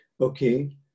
Okay